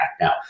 now